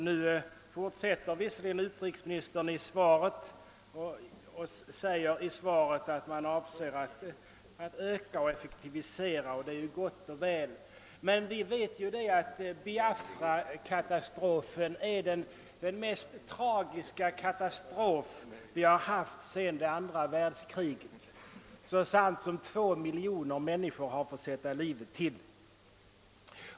Regeringen avser att öka och effektivisera hjälpen, säger utrikesministern dock, och det är ju gott och väl. Biafrakatastrofen är den mest tragiska katastrof vi haft sedan andra världskriget, och två miljoner männi skor har där fått sätta livet till.